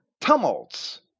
tumults